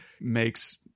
makes